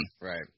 Right